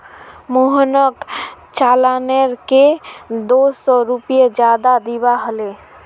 मोहनक चालानेर के दो सौ रुपए ज्यादा दिबा हले